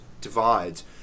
divides